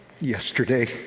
yesterday